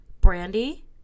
Brandy